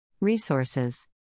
Resources